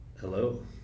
Hello